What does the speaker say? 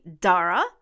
Dara